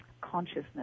consciousness